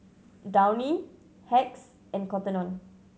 Downy Hacks and Cotton On